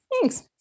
Thanks